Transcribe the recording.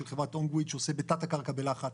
של חברת --- שעושה בתת הקרקע בלחץ.